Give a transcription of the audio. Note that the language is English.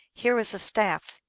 here is a staff,